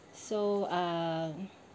so um